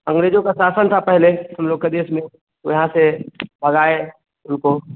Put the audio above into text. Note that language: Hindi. अंग्रेज़ों का शासन था पहले हम लोग के देश में यहाँ से भगाए उनको